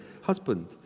husband